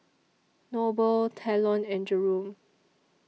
Noble Talon and Jerome